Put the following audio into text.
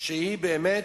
שהיא באמת,